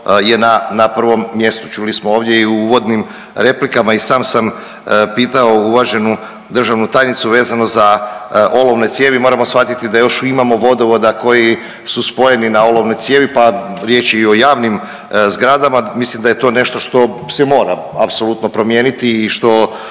na prvom mjestu, čuli smo ovdje i u uvodnim replikama i sam sam pitao uvaženu državnu tajnicu vezano za olovne cijevi, moramo shvatiti da još imamo vodovoda koji su spojeni na olovne cijevi pa riječ je i o javni zgradama, mislim da je to nešto što se mora apsolutno promijeniti i što